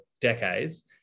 decades